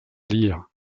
lire